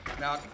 Now